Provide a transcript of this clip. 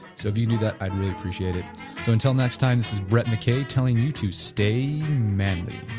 so if you do that, i'd really appreciate it so until next time, this is brett mckay telling you to stay manly